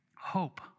Hope